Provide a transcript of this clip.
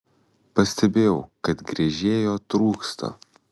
pastebėjau kad gręžėjo trūksta